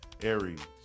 Aries